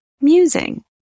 musing